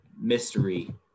mystery